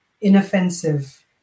inoffensive